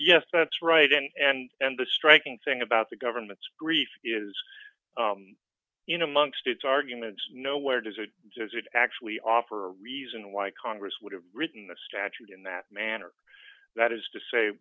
yes that's right and and the striking thing about the government's grief is you know amongst its arguments nowhere does or does it actually offer reason why congress would have written the statute in that manner that is to say